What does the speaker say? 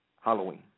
Halloween